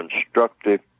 constructive